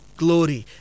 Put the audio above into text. glory